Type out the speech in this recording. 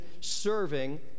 serving